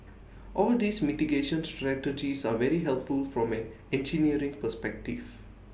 all these mitigation strategies are very helpful from an engineering perspective